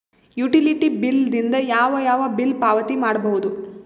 Utility bill ದಿಂದ ಯಾವ ಯಾವ ಬಿಲ್ ಪಾವತಿ ಮಾಡಬಹುದು?